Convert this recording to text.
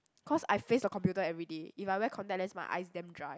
cause I face the computer every day if I wear contact lens my eyes damn dry